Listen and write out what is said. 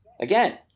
again